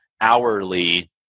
hourly